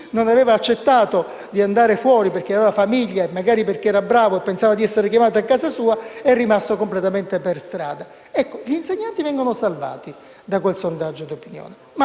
non aveva accettato di andare fuori perché aveva famiglia e magari perché era bravo e pensava di essere chiamato a casa sua, è rimasto completamente per strada. Gli insegnanti vengono salvati da quel sondaggio di opinione.